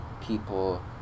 people